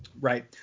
Right